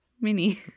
Mini